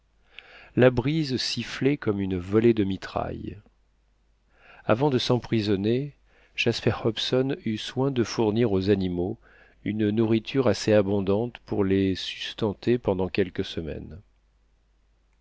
la brise sifflait comme une volée de mitraille avant de s'emprisonner jasper hobson eut soin de fournir aux animaux une nourriture assez abondante pour les substanter pendant quelques semaines